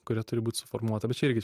kuri turi būti suformuota bet čia irgi